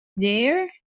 there